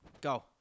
Go